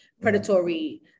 predatory